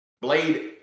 Blade